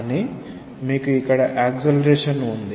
కానీ మీకు ఇక్కడ యాక్సెలేరేషన్ ఉంది